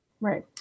Right